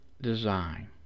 design